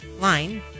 line